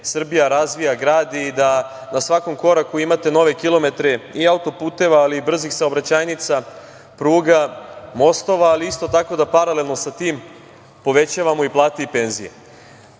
Srbija razvija, gradi i da na svakom koraku imate nove kilometre i autoputeva, ali i brzih saobraćajnica, pruga, mostova, ali isto tako da paralelno sa tim povećavamo i plate i